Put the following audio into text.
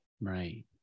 right